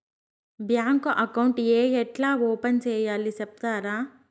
Bank account ఏ ఎట్లా open సేయాలి సెప్తారా?